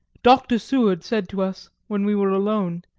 dr. seward said to us, when we were alone,